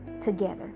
together